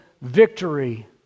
victory